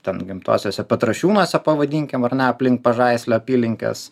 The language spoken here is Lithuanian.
ten gimtosiose petrašiūnuose pavadinkim ar na aplink pažaislio apylinkes